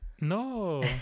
No